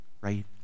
right